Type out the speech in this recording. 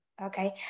okay